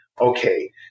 okay